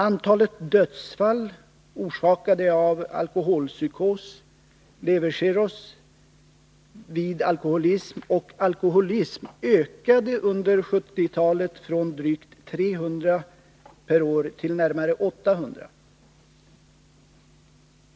Antalet dödsfall orsakade av alkoholpsykos, levercirrhos vid alkoholism och alkoholism ökade under 1970-talet från drygt 300 per år till närmare 800.